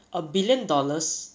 a billion dollars